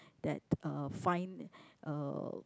that uh find uh